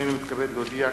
הנני מתכבד להודיע,